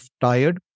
tired